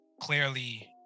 clearly